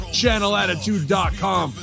channelattitude.com